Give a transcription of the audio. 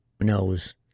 knows